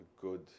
good